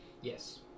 Yes